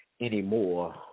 anymore